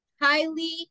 highly